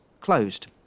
closed